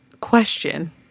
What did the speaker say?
question